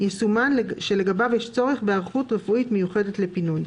יסומן שלגביו יש צורך בהיערכות רפואית מיוחדת לפינוי,